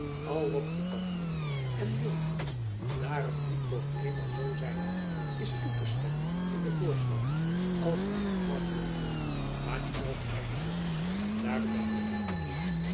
al wat ik kan doen en wil doen daar t nu toch eenmaal zoo zijn moet is toe te stemmen in den voorslag als die herhaald wordt maar dien zelf uit te lokken daar bedank ik voor